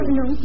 no